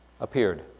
appeared